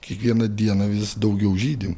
kiekvieną dieną vis daugiau žydi